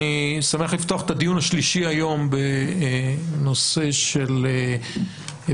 אני שמח לפתוח את הדיון השלישי היום בנושא של היבטי